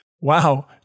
Wow